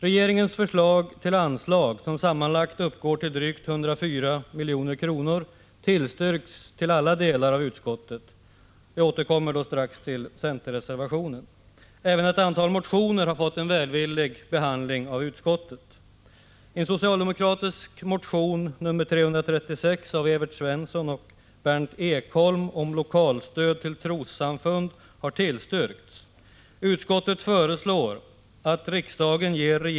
Regeringens förslag till anslag, som sammanlagt uppgår till drygt 104 milj.kr., tillstyrks till alla delar av utskottet — jag återkommer strax till centerreservationen. Även ett antal motioner har fått en välvillig behandling av utskottet.